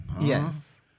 Yes